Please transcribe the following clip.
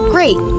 Great